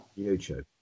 YouTube